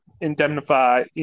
indemnify